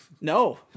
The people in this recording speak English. No